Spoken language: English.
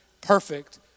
perfect